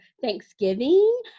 Thanksgiving